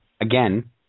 Again